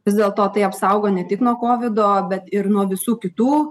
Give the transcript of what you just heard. vis dėlto tai apsaugo ne tik nuo kovido bet ir nuo visų kitų